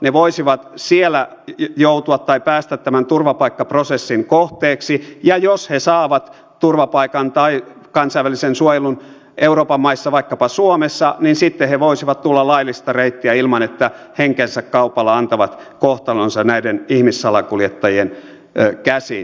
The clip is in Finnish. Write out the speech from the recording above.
he voisivat siellä joutua tai päästä tämän turvapaikkaprosessin kohteiksi ja jos he saavat turvapaikan tai kansainvälisen suojelun euroopan maissa vaikkapa suomessa niin sitten he voisivat tulla laillista reittiä ilman että he henkensä kaupalla antavat kohtalonsa ihmissalakuljettajien käsiin